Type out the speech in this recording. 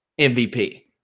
MVP